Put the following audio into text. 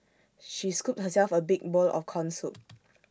she scooped herself A big bowl of Corn Soup